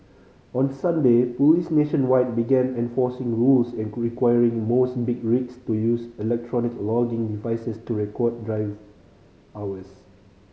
on Sunday police nationwide began enforcing rules requiring most big rigs to use electronic logging devices to record drive hours